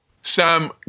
Sam